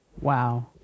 Wow